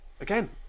again